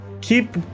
keep